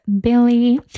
Billy